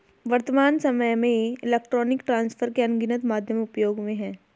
वर्त्तमान सामय में इलेक्ट्रॉनिक ट्रांसफर के अनगिनत माध्यम उपयोग में हैं